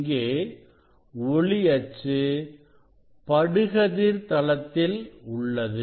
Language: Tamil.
இங்கே ஒளி அச்சு படுகதிர் தளத்தில் உள்ளது